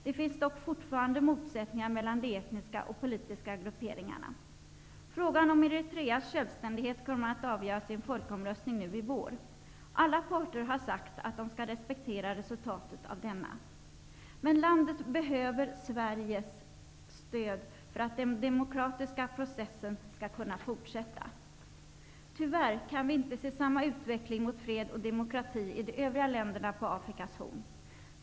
Det finns dock fortfarande motsättningar mellan de etniska och politiska grupperingarna. Frågan om Eritreas självständighet kommer att avgöras vid en folkomröstning nu i vår. Alla parter har sagt att de skall respektera resultatet av denna. Men landet behöver Sveriges stöd för att den demokratiska processen skall kunna fortsätta. Tyvärr kan vi inte se samma utveckling mot fred och demokrati i de övriga länderna på Afrikas Horn.